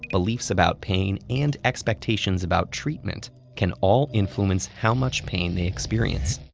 beliefs about pain and expectations about treatment can all influence how much pain they experience.